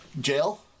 Jail